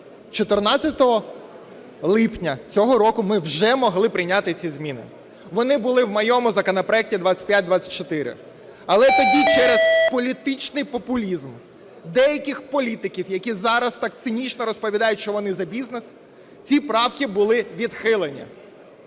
14 липня цього року ми вже могли прийняти ці зміни, вони були в моєму законопроекті 2524, але тоді через політичний популізм деяких політиків, які зараз так цинічно розповідають, що вони за бізнес, ці правки були відхилені.